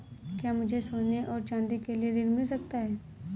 क्या मुझे सोने और चाँदी के लिए ऋण मिल सकता है?